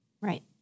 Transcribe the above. Right